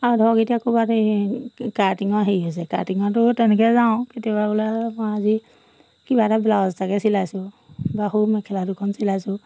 আৰু ধৰক এতিয়া ক'ৰবাত এই কাৰ্টিঙৰ হেৰি হৈছে কাৰ্টিঙতো তেনেকৈ যাওঁ কেতিয়াবা বোলে মই আজি কিবা এটা ব্লাউজ এটাকে চিলাইছোঁ বা সৰু মেখেলা দুখন চিলাইছোঁ